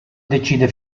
decide